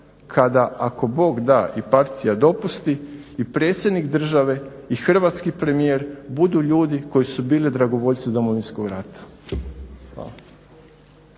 kada ako Bog da i partija dopusti i predsjednik države i hrvatski premijer budu ljudi koji su bili dragovoljci Domovinskog rata.